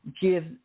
give